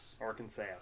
arkansas